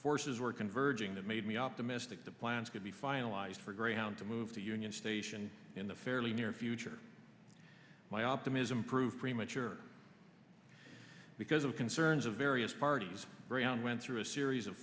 forces were converging that made me optimistic the plans could be finalized for greyhound to move to union station in the fairly near future my optimism proved premature because of concerns of various parties brown went through a series of